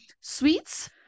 Sweets